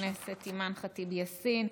חברת הכנסת אימאן ח'טיב יאסין.